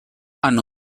hanno